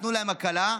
נתנו להם הקלה.